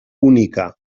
única